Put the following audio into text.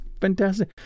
fantastic